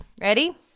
Ready